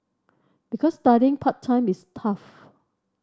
because studying part time is tough